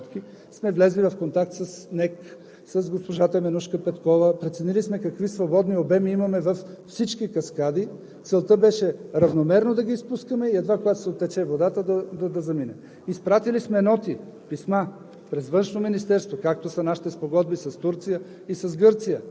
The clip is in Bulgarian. По същия начин още в четвъртък, когато получихме първите метеорологични сводки, сме влезли в контакт с НЕК, с госпожа Теменужка Петкова, преценили сме какви свободни обеми имаме във всички каскади. Целта беше равномерно да ги изпускаме и едва когато се оттече водата, да замине. Изпратили сме ноти, писма